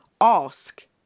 ask